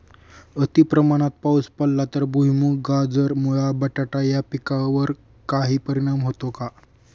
अतिप्रमाणात पाऊस पडला तर भुईमूग, गाजर, मुळा, बटाटा या पिकांवर काही परिणाम होतो का?